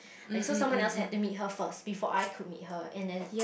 like so someone else had to meet her first before I could meet her and then